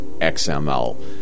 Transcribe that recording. XML